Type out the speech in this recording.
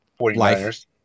49ers